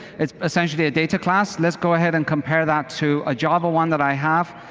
it's essentially a data class. let's go ahead and compare that to a java one that i have